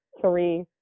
three